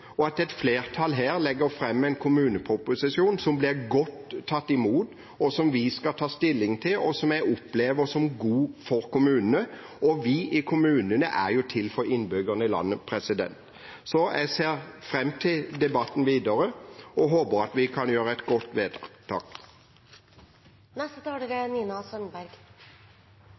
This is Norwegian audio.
og at et flertall her legger fram en kommuneproposisjon som blir godt tatt imot, som vi skal ta stilling til, og som jeg opplever som god for kommunene. Vi i kommunene er jo til for innbyggerne i landet. Jeg ser fram til debatten videre og håper at vi kan gjøre et godt